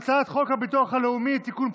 הצעת חוק הביטוח הלאומי (תיקון,